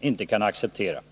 inte kan acceptera.